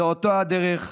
זו אותה הדרך,